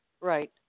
Right